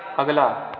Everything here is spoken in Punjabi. ਅਗਲਾ